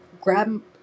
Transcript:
grab